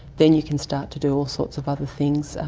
then you can start to do all sorts of other things,